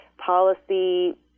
Policy